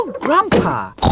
Grandpa